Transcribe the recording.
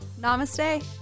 Namaste